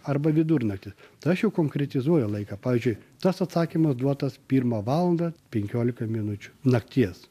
arba vidurnaktis tai aš jau konkretizuoju laiką pavyzdžiui tas atsakymas duotas pirmą valandą penkiolika minučių nakties